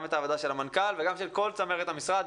גם את העבודה של המנכ"ל וגם את עבודת כל צמרת המשרד.